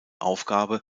aufgabe